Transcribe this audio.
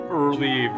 early